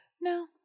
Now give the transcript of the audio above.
No